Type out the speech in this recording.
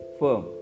firm।